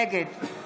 נגד